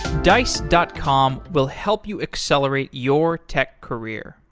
dice dot com will help you accelerate your tech career.